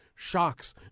Shocks